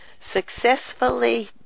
successfully